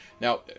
now